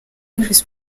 chris